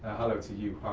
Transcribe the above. hello to you,